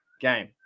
game